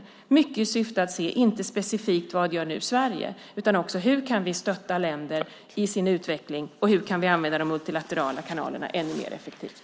Det var mycket i syfte att inte bara se specifikt vad Sverige gör nu utan också se hur vi kan stötta länder i deras utveckling och använda de multilaterala kanalerna ännu mer effektivt.